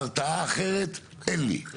הרתעה אחרת אין לי.